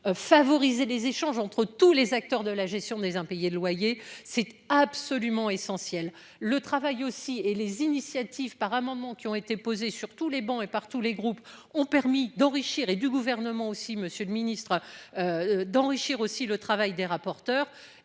Favoriser les échanges entre tous les acteurs de la gestion des impayés de loyers, c'est absolument essentiel, le travail aussi et les initiatives par un moment qui ont été posées sur tous les bancs et par tous les groupes ont permis d'enrichir et du gouvernement aussi, Monsieur le Ministre. D'enrichir aussi le travail des rapporteurs